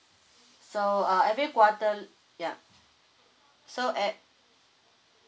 so uh every quarter ya so ev~